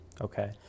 Okay